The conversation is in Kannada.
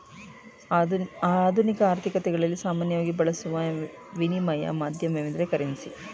ಆಧುನಿಕ ಆರ್ಥಿಕತೆಗಳಲ್ಲಿ ಸಾಮಾನ್ಯವಾಗಿ ಬಳಸುವ ವಿನಿಮಯ ಮಾಧ್ಯಮವೆಂದ್ರೆ ಕರೆನ್ಸಿ